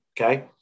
okay